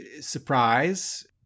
surprise